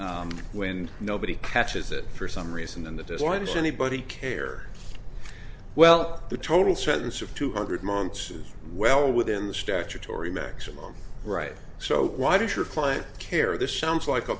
e when nobody catches it for some reason and the design should anybody care well the total sentence of two hundred months is well within the statutory maximum right so why does your client care this sounds like a